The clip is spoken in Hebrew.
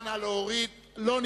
עתניאל שנלר ואורית זוארץ,